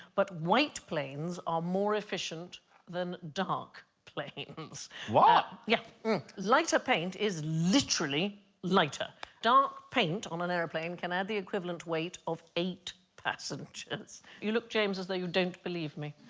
but white planes are more efficient than dark planes wow yeah lighter paint is literally lighter dark paint on an airplane can add the equivalent weight of eight? passengers you look james as though you don't believe me